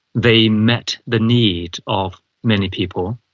they met the need of many people.